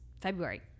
february